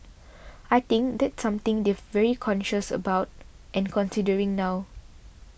I think that's something they've very conscious about and considering now